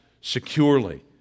securely